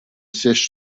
siège